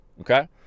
okay